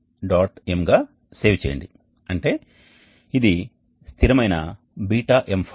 mగా save చేయండి అంటే ఇది స్థిరమైన బీటా m ఫైల్